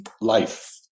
life